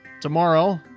Tomorrow